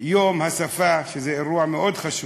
יום השפה, שזה אירוע מאוד חשוב,